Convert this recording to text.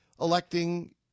electing